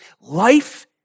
Life